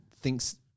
thinks